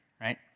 right